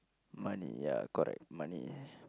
money ya correct money